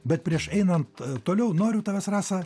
bet prieš einant toliau noriu tavęs rasa